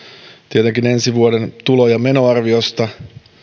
tietenkin ensi vuoden tulo ja menoarviosta